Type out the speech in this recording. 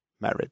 married